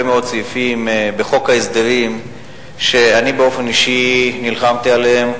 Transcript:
מאוד סעיפים בחוק ההסדרים שאני באופן אישי נלחמתי עליהם,